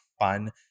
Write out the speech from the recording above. fun